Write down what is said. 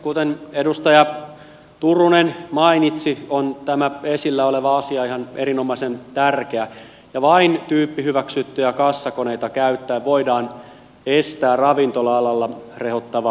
kuten edustaja turunen mainitsi on tämä esillä oleva asia ihan erinomaisen tärkeä ja vain tyyppihyväksyttyjä kassakoneita käyttäen voidaan estää ravintola alalla rehottava harmaa talous